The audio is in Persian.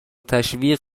تشویق